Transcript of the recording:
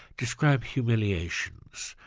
describe humiliations,